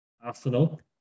Arsenal